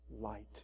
light